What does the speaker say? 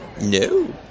No